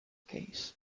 case